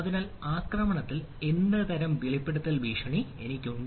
അതിനാൽ ആക്രമണത്തിൽ ഏതാണ് തരം എന്ന് വെളിപ്പെടുത്തൽ ഭീഷണി എനിക്കുണ്ട്